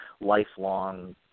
lifelong